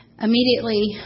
immediately